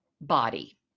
body